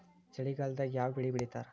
ಚಳಿಗಾಲದಾಗ್ ಯಾವ್ ಬೆಳಿ ಬೆಳಿತಾರ?